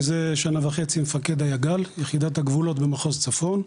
מזה שנה וחצי מפקד היג"ל - יחידת הגבולות במחוז צפון.